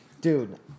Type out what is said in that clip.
Dude